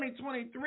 2023